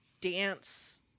dance